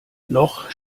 noch